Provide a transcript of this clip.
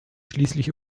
schließlich